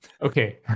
Okay